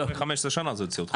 לא, אחרי 15 שנה זה יוציא אותך.